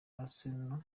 arsenal